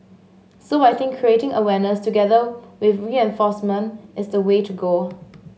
so I think creating awareness together with reenforcement is the way to go